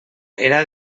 era